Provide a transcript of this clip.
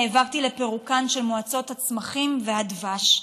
נאבקתי לפירוקן של מועצות הצמחים והדבש.